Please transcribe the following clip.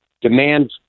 demand